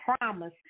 promise